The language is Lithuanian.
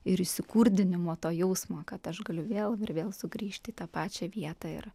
ir įsikurdinimo to jausmo kad aš galiu vėl ir vėl sugrįžti į tą pačią vietą ir